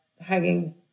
hanging